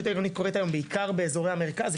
העירונית קורית היום בעיקר באזורי המרכז,